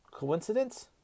coincidence